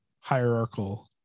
hierarchical